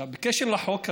בקשר לחוק הזה,